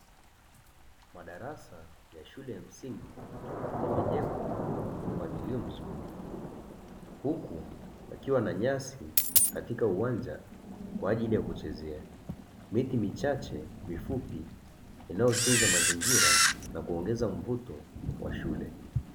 Madarasa ya shule ya msingi yamejengwa kwa mpangilio mzuri, huku yakiwa na nyasi katika uwanja kwa ajili ya kuchezea, miti michache mifupi, inayotunza mazingira na kuongeza mvuto wa shule.